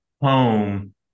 home